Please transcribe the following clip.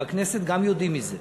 ובכנסת גם יודעים את זה,